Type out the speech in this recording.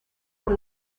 por